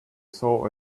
saw